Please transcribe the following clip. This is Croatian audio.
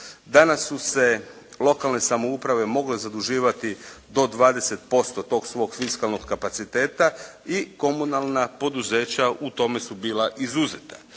Danas su se lokalne samouprave mogle zaduživati do 20% tog svog fiskalnog kapaciteta i komunalna poduzeća u tome su bila izuzeta.